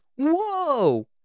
Whoa